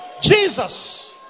Jesus